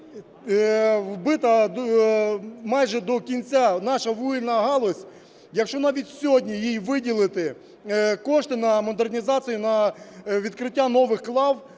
вбита майже до кінця наша вугільна галузь. Якщо навіть сьогодні їй виділити кошти на модернізацію, на відкриття нових лав,